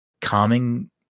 calming